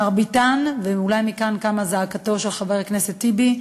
מרביתן, ואולי מכאן קמה זעקתו של חבר הכנסת טיבי,